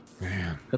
man